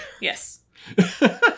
Yes